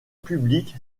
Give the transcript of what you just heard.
publique